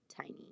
tiny